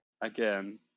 Again